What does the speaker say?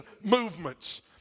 movements